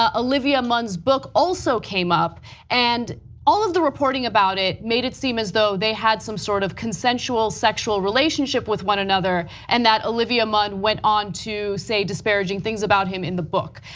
ah olivia munn's book also came up and all of the reporting about it made it seem as though they had some sort of consensual, sexual relationship with one another and that olivia munn went on to say disparaging things about him in the book.